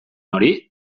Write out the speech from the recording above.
hori